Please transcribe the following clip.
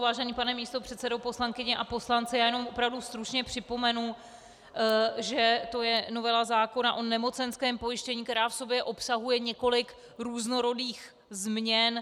Vážený pane místopředsedo, poslankyně a poslanci, já jenom opravdu stručně připomenu, že to je novela zákona o nemocenském pojištění, která v sobě obsahuje několik různorodých změn.